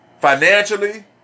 financially